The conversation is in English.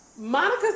Monica